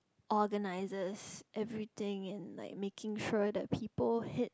organises everything and like making sure that people hit